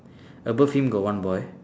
above him got one boy